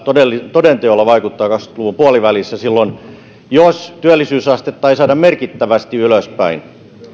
toden teolla vaikuttaa kaksikymmentä luvun puolivälissä silloin jos työllisyysastetta ei saada merkittävästi ylöspäin